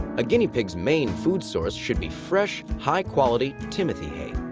a guinea pig's main food source should be fresh, high-quality timothy hay.